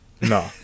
No